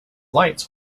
lights